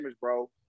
bro